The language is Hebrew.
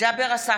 ג'אבר עסאקלה,